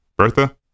Bertha